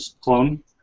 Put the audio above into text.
clone